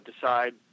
decide